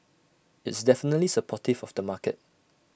it's definitely supportive of the market